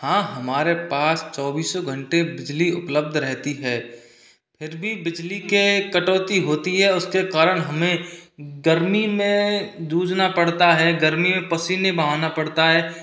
हाँ हमारे पास चौबीसो घंटे बिजली उपलब्ध रहती है फिर भी बिजली के कटौती होती है उसके कारण हमें गर्मी में जूझना पड़ता है गर्मी में पसीने बहाना पड़ता है